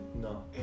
No